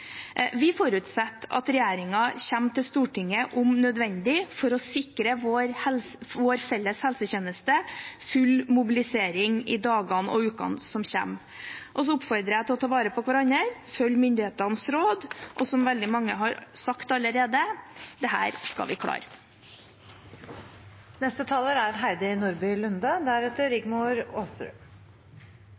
Vi forutsetter at regjeringen om nødvendig kommer til Stortinget for å sikre vår felles helsetjeneste full mobilisering i dagene og ukene som kommer. Så oppfordrer jeg til å ta vare på hverandre og følge myndighetenes råd. Og som veldig mange har sagt allerede: Dette skal vi klare.